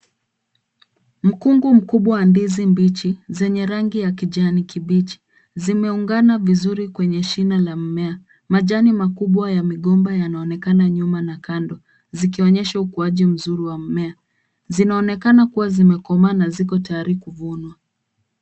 Mkungu mkubwa wa ndizi mbichi zenye rangi ya kijani kibichi, zimeungana vizuri kwenye shina la mmea. Majani makubwa ya migomba yanaonekana nyuma na kando zikionyesha ukuaji mzuri wa mmea. Zinaonekana kuwa zimekomaa na ziko tayari kuvunwa.